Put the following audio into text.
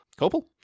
Copel